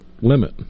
limit